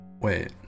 Wait